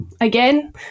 again